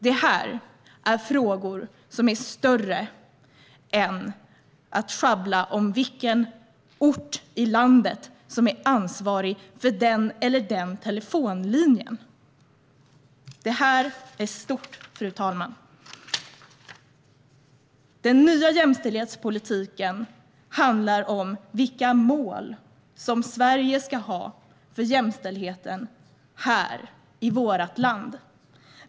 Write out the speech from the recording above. Detta är frågor som är större än att käbbla om vilken ort i landet som är ansvarig för den eller den telefonlinjen. Detta är stort, fru talman. Den nya jämställdhetspolitiken handlar om vilka mål Sverige ska ha för jämställdheten i vårt land.